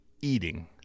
eating